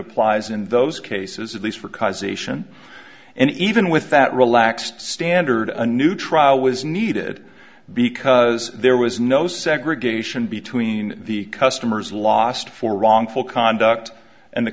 applies in those cases at least for causation and even with that relaxed standard a new trial was needed because there was no segregation between the customers lost for wrongful conduct and the